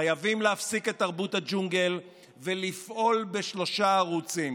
חייבים להפסיק את תרבות הג'ונגל ולפעול בשלושה ערוצים: